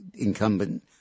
incumbent